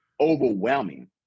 overwhelming